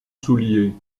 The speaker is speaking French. soulier